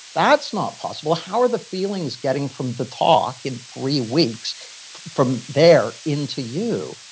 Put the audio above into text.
that's not possible. how are the feelings getting from the talk in three weeks from there into you?